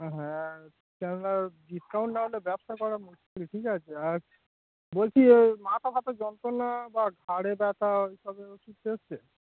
হ্যাঁ কেননা ডিসকাউন্ট নাহলে ব্যবসা করা ঠিক আছে আর বলছি মাথা ফাতা যন্ত্রণা বা ঘাড়ে ব্যথা ওসব ওষুধ এসছে